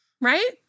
Right